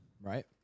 Right